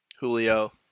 Julio